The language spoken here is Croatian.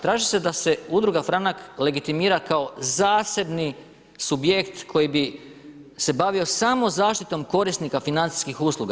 Traži se da se udruga Franak legitimira kao zasebni subjekt koji bi, se bavio samo zaštitom korisnika financijskih usluga.